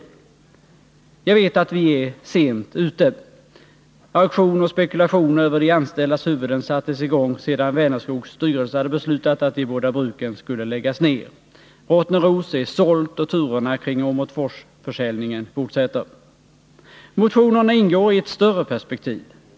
Jag vet att vi är sent ute. Auktion och spekulation över de anställdas huvuden sattes i gång sedan Vänerskogs styrelse hade beslutat att de båda bruken skulle läggas ned. Rottneros är sålt och turerna kring Åmotforsförsäljningen fortsätter. Motionerna ingår i ett större perspektiv.